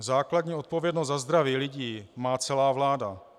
Základní odpovědnost za zdraví lidí má celá vláda.